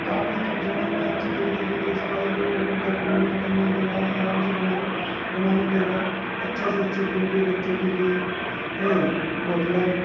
काफ़ी कम समय में अच्छी तरीक़े से दो सलाई लो ऊन का पिरोना करने के बाद आराम से बना लो बनाने के बाद अच्छे से अच्छी टोपी बच्चों के लिए हें मफलर